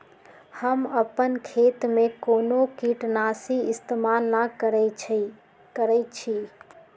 हम अपन खेत में कोनो किटनाशी इस्तमाल न करई छी